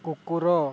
କୁକୁର